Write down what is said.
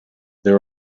there